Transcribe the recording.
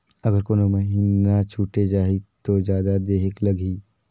अगर कोनो महीना छुटे जाही तो जादा देहेक लगही?